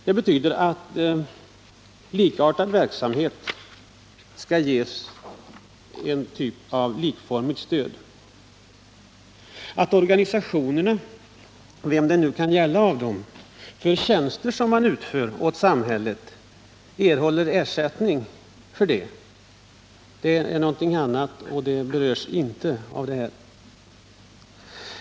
Det betyder att likartad verksamhet skall ges likformigt stöd. Att en av organisationerna — vilken det nu kan gälla — erhåller ersättning för tjänster som organisationen utför åt samhället är någonting annat, och det berörs inte av det här.